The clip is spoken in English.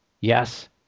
yes